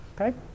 Okay